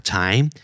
time